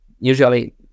usually